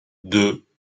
deux